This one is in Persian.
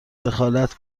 دخالت